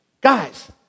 Guys